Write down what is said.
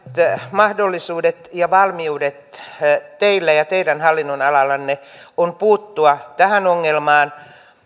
mahdollisuudet ja valmiudet teillä ja teidän hallinnonalallanne on puuttua tähän ongelmaan